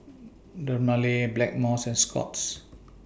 Dermale Blackmores and Scott's